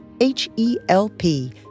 H-E-L-P